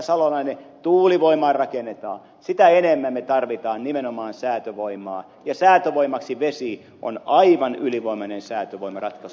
salolainen tuulivoimaa rakennetaan sitä enemmän me tarvitsemme nimenomaan säätövoimaa ja säätövoimaksi vesi on aivan ylivoimainen säätövoimaratkaisu